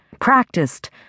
practiced